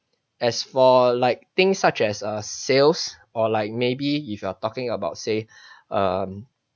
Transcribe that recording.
as for like things such as uh sales or like maybe if you're talking about say um